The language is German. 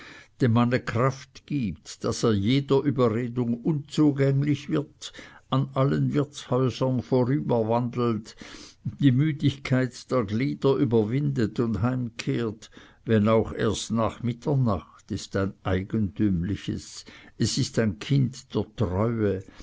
dem manne kraft gibt daß er jeder überredung unzugänglich wird an allen wirtshäusern vorüberwandelt die müdigkeit der glieder überwindet und heimkehrt wenn auch erst nach mitternacht ist ein eigentümliches es ist ein kind der treue